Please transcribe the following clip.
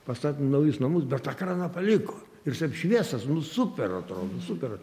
pastatė naujus namus bet tą kraną paliko ir jisai apšviestas nu super atrodo super